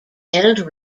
held